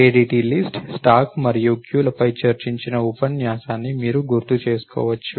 ADT list stack మరియు క్యూలపై చర్చించిన ఉపన్యాసాన్ని మీరు గుర్తు చేసుకోవచ్చు